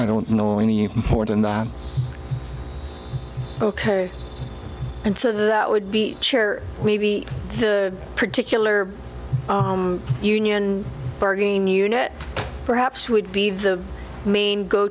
i don't know any more than that ok and so that would be sure maybe the particular union bargaining unit perhaps would be the main go